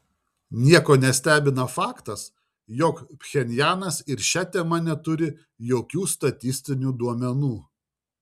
nieko nestebina faktas jog pchenjanas ir šia tema neturi jokių statistinių duomenų